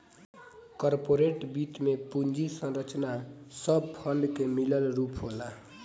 corporate वित्त में पूंजी संरचना सब फंड के मिलल रूप होला